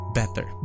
better